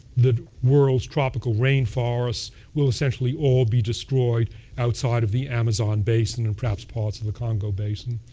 the world's tropical rainforests will essentially all be destroyed outside of the amazon basin and perhaps parts of the congo basin.